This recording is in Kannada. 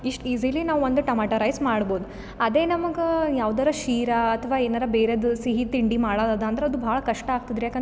ಇಷ್ಟು ಈಜೀಲಿ ನಾವು ಒಂದು ಟಮಾಟ ರೈಸ್ ಮಾಡ್ಬೌದು ಅದೇ ನಮ್ಗೆ ಯಾವುದಾರ ಶೀರಾ ಅಥ್ವ ಏನಾರ ಬೇರೆದು ಸಿಹಿ ತಿಂಡಿ ಮಾಡೋದದ ಅಂದ್ರೆ ಅದು ಭಾಳ ಕಷ್ಟ ಆಗ್ತದ್ರಿ ಯಾಕಂದ್ರೆ